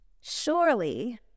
Surely